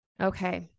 Okay